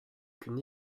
qu’une